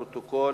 לפרוטוקול.